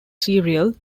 serial